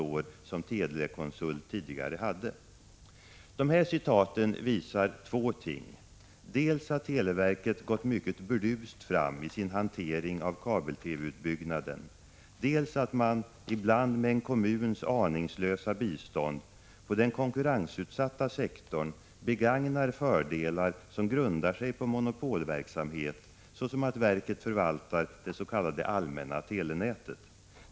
1985/86:160 Telekonsult tidigare hade.” 3 juni 1986 De här citaten visar två ting: dels att televerket har gått mycket burdust fram i sin hantering av kabel-TV-utbyggnaden, dels att man — ibland med en kommuns aningslösa bistånd — på den konkurrensutsatta sektorn begagnar fördelar som grundar sig på monopolverksamhet, såsom att verket förvaltar dets.k. allmänna telenätet.